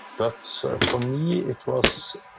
but so for me it was